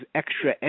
extra